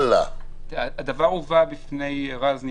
הדבר הובא בפני רז נזרי,